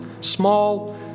small